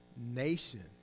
nation